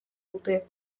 dute